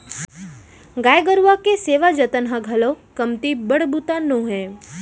गाय गरूवा के सेवा जतन ह घलौ कमती बड़ बूता नो हय